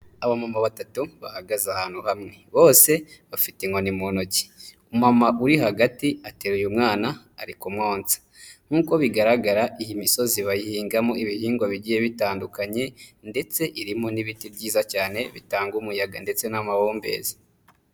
Abamama batatu bahagaze ahantu hamwe, bose bafite inkoni mu ntoki. Umumama uri hagati ateruye umwana, ari kumwonsa. Nk'uko bigaragara iyi misozi bayihingamo ibihingwa bigiye bitandukanye ndetse irimo n'ibiti byiza cyane bitanga umuyaga ndetse n'amahumbezi.